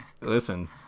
listen